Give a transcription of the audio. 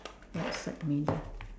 right side middle